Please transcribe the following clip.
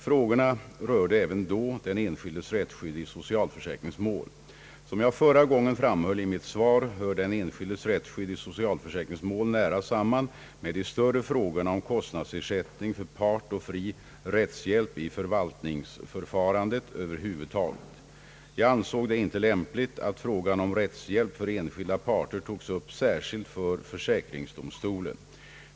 Frågorna rörde även då den enskildes rättsskydd i socialförsäkringsmål. Som jag förra gången framhöll i mitt svar hör den enskildes rättsskydd i socialförsäkringsmål nära samman med de större frågorna om kostnadsersättning för part och fri rättshjälp i förvaltningsförfarandet över huvud taget. Jag ansåg det inte lämpligt, att frågan om rättshjälp för enskilda parter togs upp särskilt för försäkringsdomstolen.